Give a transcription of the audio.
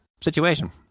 situation